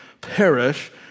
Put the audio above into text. perish